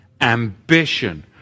Ambition